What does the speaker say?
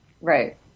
Right